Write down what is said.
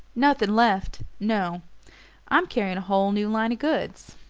nothing left no i'm carrying a whole new line of goods.